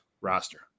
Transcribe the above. roster